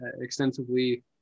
extensively